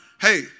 hey